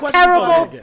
Terrible